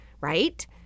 right